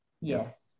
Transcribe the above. Yes